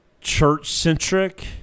church-centric